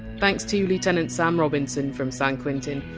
thanks to lieutenant sam robinson from san quentin,